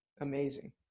amazing